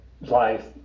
life